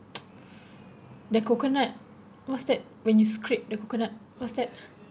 the coconut what's that when you strip the coconut what's that